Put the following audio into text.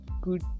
good